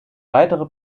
weitere